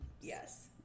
Yes